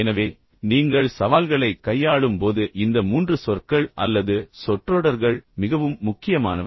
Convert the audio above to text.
எனவே நீங்கள் சவால்களைக் கையாளும்போது இந்த மூன்று சொற்கள் அல்லது சொற்றொடர்கள் மிகவும் முக்கியமானவை